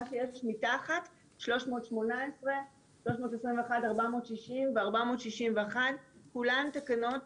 מה שיש מתחת 318, 321, 460 ו-461 - כולן תקנות